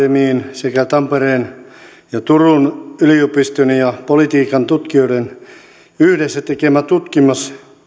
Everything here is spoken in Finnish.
akademin sekä tampereen ja turun yliopistojen politiikantutkijoiden yhdessä tekemä tutkimus